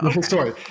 Sorry